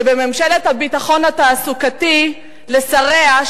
שבממשלת הביטחון התעסוקתי לשריה,